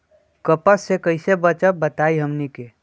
कपस से कईसे बचब बताई हमनी के?